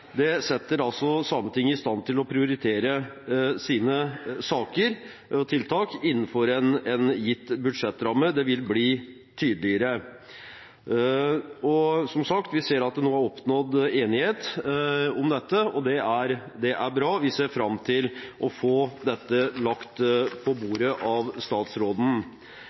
Det setter Sametinget i stand til å prioritere sine saker og tiltak innenfor en gitt budsjettramme. Det vil bli tydeligere. Som sagt ser vi at det nå er oppnådd enighet om dette, og det er bra. Vi ser fram til å få dette lagt på bordet av statsråden.